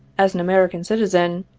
as an american citizen,